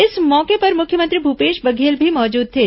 इस मौके पर मुख्यमंत्री भूपेश बघेल भी मौजूद थे